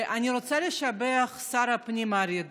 אני רוצה לשבח את שר הפנים אריה דרעי.